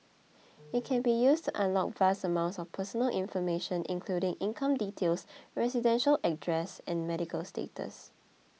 it can be used to unlock vast amounts of personal information including income details residential address and medical status